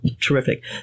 terrific